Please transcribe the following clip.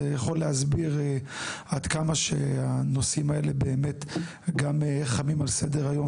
זה יכול להסביר עד כמה שנושאים האלה חמים על סדר היום